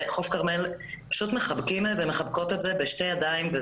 וחוף כרמל פשוט מחבקים ומחבקות את זה בשתי ידיים.